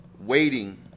waiting